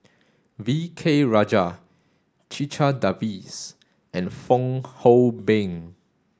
V K Rajah Checha Davies and Fong Hoe Beng